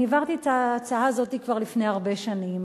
אני העברתי את ההצעה הזאת כבר לפני הרבה שנים,